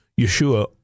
Yeshua